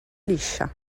liscia